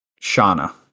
Shauna